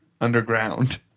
underground